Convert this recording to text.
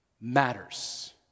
matters